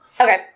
Okay